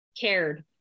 cared